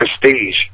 prestige